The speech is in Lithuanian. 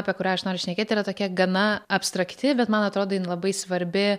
apie kurią aš noriu šnekėt yra tokia gana abstrakti bet man atrodo jin labai svarbi